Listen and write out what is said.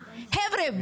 חבר'ה,